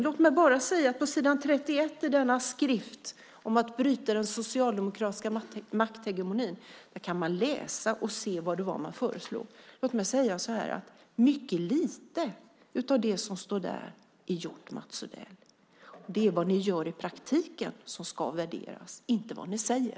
Låt mig bara säga att man på s. 31 i denna skrift om att bryta den socialdemokratiska makthegemonin kan läsa vad det var ni föreslog. Låt mig säga att mycket lite av det som står där är gjort, Mats Odell. Det är vad ni gör i praktiken som ska värderas, inte vad ni säger.